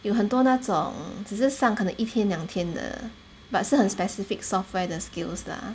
有很多那种只是上可能一天两天的 but 是很 specific software 的 skills lah